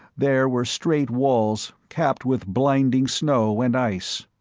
there were straight walls capped with blinding snow and ice.